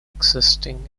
existing